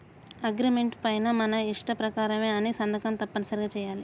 agreement పైన మన ఇష్ట ప్రకారమే అని సంతకం తప్పనిసరిగా చెయ్యాలి